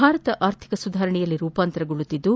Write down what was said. ಭಾರತ ಆರ್ಥಿಕ ಸುಧಾರಣೆಯಲ್ಲಿ ರೂಪಾಂತರಗೊಳ್ಳುತ್ತಿದ್ದು